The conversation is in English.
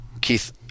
Keith